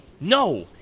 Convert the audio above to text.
no